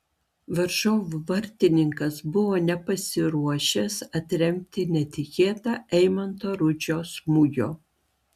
varžovų vartininkas buvo nepasiruošęs atremti netikėtą eimanto rudžio smūgio